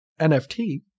NFT